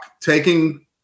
taking